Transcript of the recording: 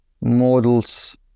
models